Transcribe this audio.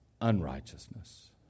unrighteousness